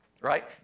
Right